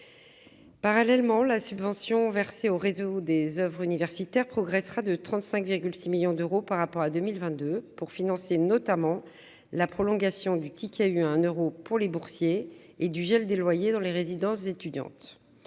parallèle, la subvention versée au réseau des oeuvres universitaires progressera de 35,6 millions d'euros par rapport à 2022, pour financer notamment la prolongation du ticket U à un euro pour les étudiants boursiers et le gel des loyers dans les résidences étudiantes.